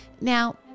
Now